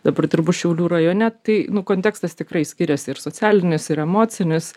dabar dirbu šiaulių rajone tai nu kontekstas tikrai skiriasi ir socialinis ir emocinis